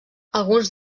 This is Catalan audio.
alguns